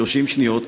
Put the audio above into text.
30 השניות,